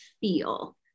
feel